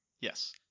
Yes